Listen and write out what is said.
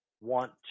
want